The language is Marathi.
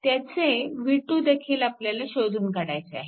त्याचे v2 देखील आपल्याला शोधून काढायचे आहे